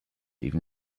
even